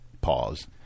Pause